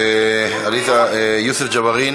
יוסף ג'בארין,